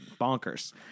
Bonkers